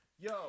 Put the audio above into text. Yo